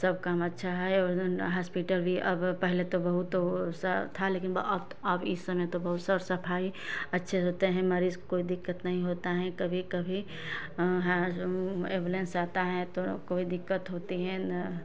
सब काम अच्छा है और हास्पिटल भी अब पहले तो बहुत ओसा था लेकिन अब अब इस समय बहुत सर सफाई अच्छे से होते हैं मरीज को कोई दिक्कत नहीं होता है कभी कभी एंबुलेंस आता है तो कोई दिक्कत होती है तो